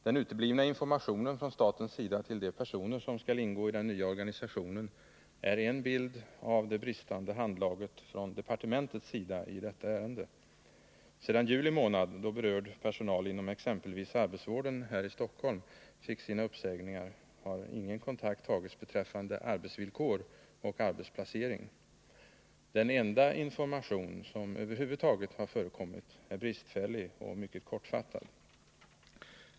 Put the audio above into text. Den uteblivna informationen från statens sida till de personer som skall ingå i den nya organisationen ger en bild av det bristande handlaget från departementets sida i detta ärende. Sedan juli månad, då berörd personal inom exempelvis arbetsvården här i Stockholm fick sina uppsägningar, har ingen kontakt tagits beträffande arbetsvillkor och arbetsplacering. Den enda information som över huvud taget har förekommit är bristfällig och mycket kortfattad.